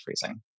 freezing